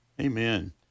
Amen